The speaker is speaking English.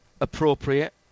appropriate